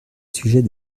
sujet